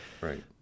Right